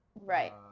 right